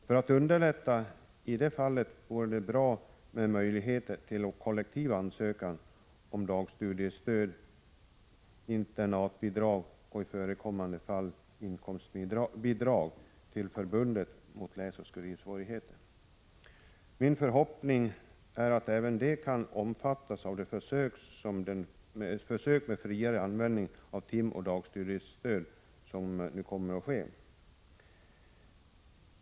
För att underlätta i det fallet vore det bra med möjligheter till kollektiv ansökan till dagstudiestöd, internatbidrag och i förekommande fall inkomstbidrag till Förbundet mot läsoch skrivsvårigheter. Min förhoppning är att även den gruppen kan omfattas av de försök med friare användning av timoch dagstudiestöd som kommer att ske.